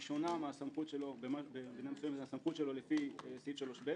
שונה מסמכותו לפי סעיף 3ב